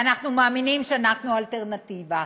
ואנחנו מאמינים שאנחנו האלטרנטיבה,